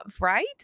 right